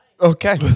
Okay